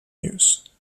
use